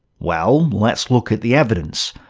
well, let's look at the evidence.